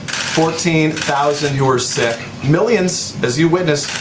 fourteen thousand your sick. millions, as you witness,